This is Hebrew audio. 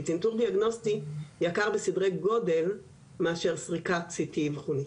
כי צנתור דיאגנוסטי יקר בסדרי גודל מאשר סריקת CT אבחונית.